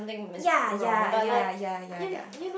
ya ya ya ya ya ya